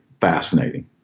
fascinating